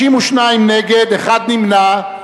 52 נגד, אחד נמנע.